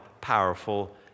powerful